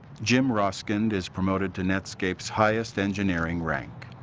jim roskind is promoted to netscape's highest engineering rank.